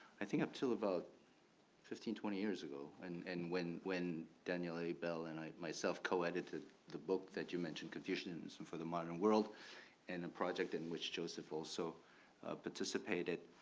i think up til about fifteen, twenty years ago and and when when daniel abell and i myself co-edited the book that you mentioned confucianism for the modern world and a project in which joseph also participated.